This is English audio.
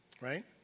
Right